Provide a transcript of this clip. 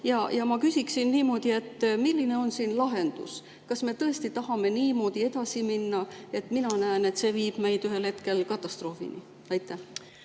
Ma küsiksin niimoodi: milline on siin lahendus? Kas me tõesti tahame niimoodi edasi minna? Mina näen, et see viib meid ühel hetkel katastroofini. Aitäh,